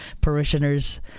parishioners